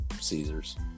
Caesar's